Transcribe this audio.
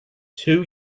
two